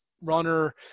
runner